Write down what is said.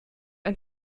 ein